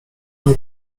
niej